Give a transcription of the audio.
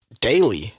daily